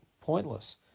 pointless